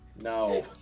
No